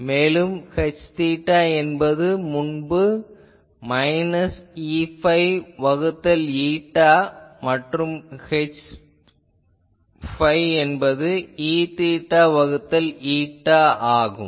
மேலும் Hθ என்பது முன்பு மைனஸ் Eϕ வகுத்தல் η மற்றும் Hϕ என்பது Eθ வகுத்தல் η ஆகும்